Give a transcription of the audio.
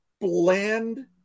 bland